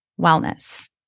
wellness